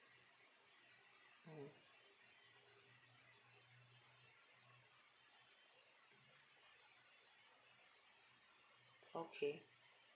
mmhmm okay